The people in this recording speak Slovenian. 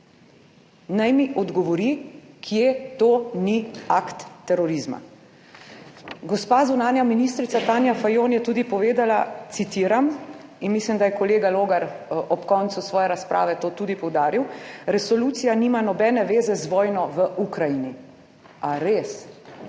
Naj mi odgovori, kje to ni akt terorizma. Gospa zunanja ministrica Tanja Fajon je tudi povedala, citiram, in mislim, da je kolega Logar ob koncu svoje razprave to tudi poudaril, »resolucija nima nobene veze z vojno v Ukrajini«. A res.